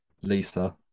Lisa